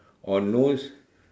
or nose